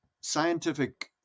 scientific